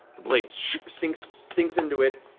the blade sinks sinks into it,